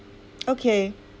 okay